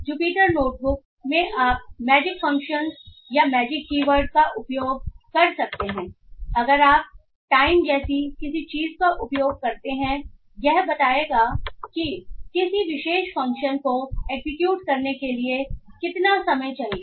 Jupiter notebook में आप magic functions या मैजिक कीवर्ड का उपयोग कर सकते हैं अगर आप टाइम जैसी किसी चीज़ का उपयोग करते हैं यह बताएगा कि किसी विशेष फ़ंक्शन को एग्जीक्यूट करने के लिए कितना समय चाहिए